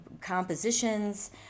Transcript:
compositions